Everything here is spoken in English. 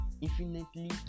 infinitely